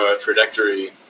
trajectory